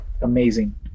amazing